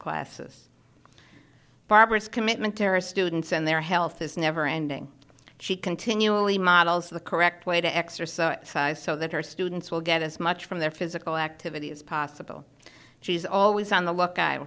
classes barbara's commitment terror students and their health is never ending she continually models the correct way to exercise size so that her students will get as much from their physical activity as possible she's always on the lookout